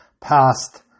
past